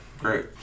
great